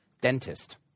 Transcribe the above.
dentist